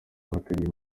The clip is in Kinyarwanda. abateguye